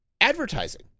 advertising